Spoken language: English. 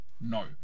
no